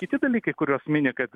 kiti dalykai kuriuos mini kad